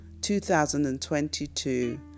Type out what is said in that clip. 2022